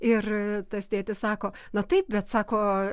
ir tas tėtis sako na taip bet sako